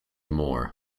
more